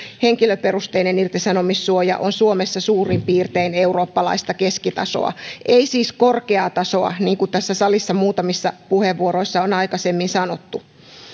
henkilöperusteinen irtisanomissuoja on suomessa suurin piirtein eurooppalaista keskitasoa ei siis korkea tasoa niin kuin tässä salissa muutamissa puheenvuorossa on aikaisemmin sanottu